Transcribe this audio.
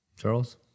Charles